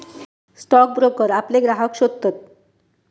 stock broker आपले ग्राहक शोधतत